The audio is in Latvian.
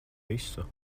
visu